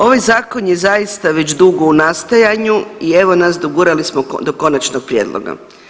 Ovaj zakon je zaista već dugo u nastajanju i evo nas dogurali smo do konačnog prijedloga.